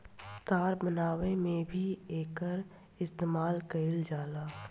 तार बनावे में भी एकर इस्तमाल कईल जाला